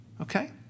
Okay